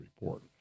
report